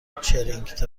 چرینگ